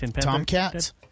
Tomcats